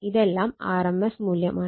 ഇതെല്ലം R M S മൂല്യമാണ്